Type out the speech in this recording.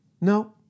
no